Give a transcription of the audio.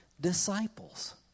disciples